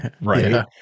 Right